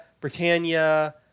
Britannia